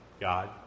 God